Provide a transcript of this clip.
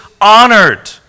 honored